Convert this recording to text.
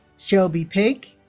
shelby pake